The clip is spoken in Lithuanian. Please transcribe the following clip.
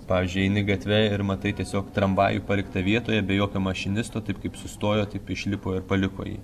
pavyzdžiui eini gatve ir matai tiesiog tramvajų paliktą vietoje be jokio mašinisto taip kaip sustojo taip išlipo ir paliko jį